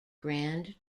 grand